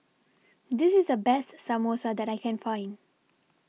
This IS The Best Samosa that I Can Find